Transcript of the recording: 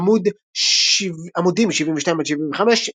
עמ' 72-75,